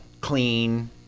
clean